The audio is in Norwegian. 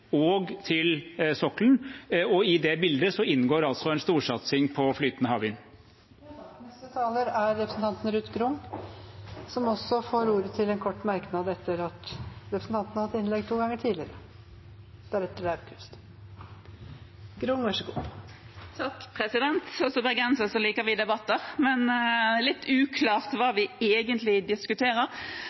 og til sokkelen. Og i det bildet inngår altså en storsatsing på flytende havvind. Representanten Ruth Grung har hatt ordet to ganger tidligere og får ordet til en kort merknad, begrenset til 1 minutt. Som bergensere liker vi debatter, men det er litt uklart hva vi egentlig diskuterer. For jeg trodde vi